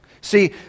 See